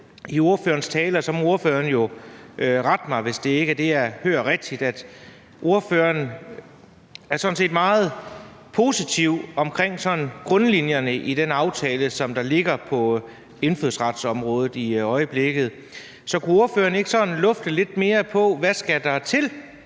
– og så må ordføreren jo rette mig, hvis det ikke er hørt rigtigt – at ordføreren sådan set er meget positiv over for grundlinjerne i den aftale, som ligger på indfødsretsområdet i øjeblikket. Så kunne ordføreren ikke lufte, hvad der skal til?